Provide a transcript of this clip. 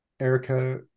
Erica